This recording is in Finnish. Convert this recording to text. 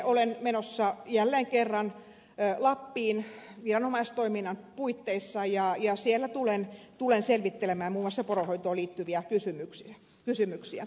olen menossa jälleen kerran lappiin viranomaistoiminnan puitteissa ja siellä tulen selvittelemään muun muassa poronhoitoon liittyviä kysymyksiä